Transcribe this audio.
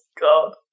God